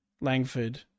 Langford